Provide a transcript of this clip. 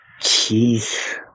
Jeez